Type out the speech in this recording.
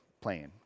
playing